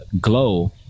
Glow